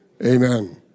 Amen